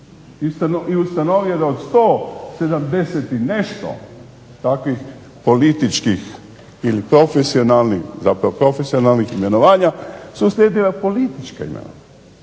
i ustanovio da od sto sedamdeset i nešto takvih političkih ili profesionalnih, zapravo profesionalnih imenovanja su slijedila politička imenovanja.